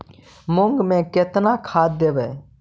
मुंग में केतना खाद देवे?